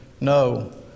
no